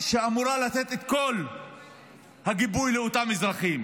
ואמורה לתת את כל הגיבוי לאותם אזרחים.